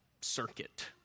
circuit